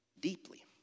deeply